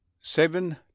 Seven